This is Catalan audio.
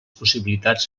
possibilitats